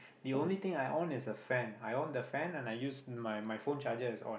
the only thing I on is the fan I on the fan and I use my my phone charger is on